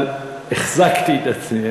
אבל החזקתי את עצמי,